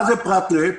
מה זה "פרט ל..."?